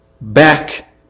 back